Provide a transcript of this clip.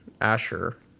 Asher